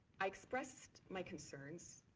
i expressed my concerns,